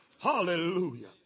Hallelujah